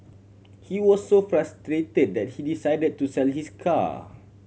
he was so frustrated that he decided to sell his car